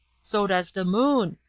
so does the moon.